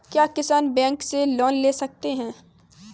क्या किसान बैंक से लोन ले सकते हैं?